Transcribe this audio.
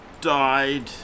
died